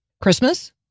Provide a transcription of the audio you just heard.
Christmas